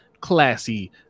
classy